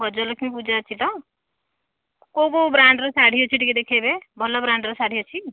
ଗଜଲକ୍ଷ୍ମୀ ପୂଜା ଅଛି ତ କେଉଁ କେଉଁ ବ୍ରାଣ୍ଡ୍ର ଶାଢ଼ୀ ଅଛି ଟିକିଏ ଦେଖାଇବେ ଭଲ ବ୍ରାଣ୍ଡ୍ର ଶାଢ଼ୀ ଅଛି